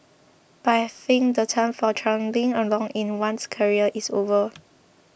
but I think the time for trundling along in one's career is over